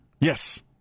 Yes